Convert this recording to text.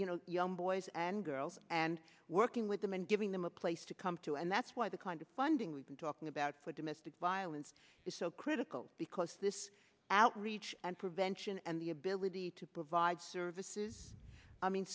you know young boys and girls and working with them and giving them a place to come to and that's why the kind of funding we've been talking about for domestic violence is so critical because this outreach and prevention and the ability to provide services i mean